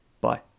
bye